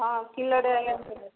ହଁ କିଲୋଟେ ଆଜ୍ଞା ଦେବେ